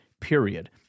period